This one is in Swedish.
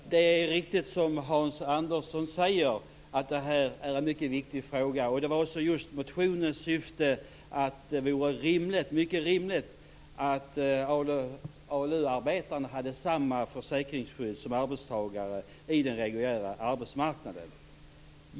Herr talman! Det är riktigt som Hans Andersson säger att det här är en mycket viktigt fråga. Det var just motionens syfte att framhålla att det vore mycket rimligt att ALU-arbetarna hade samma försäkringsskydd som arbetstagare i den reguljära arbetsmarknaden.